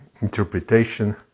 interpretation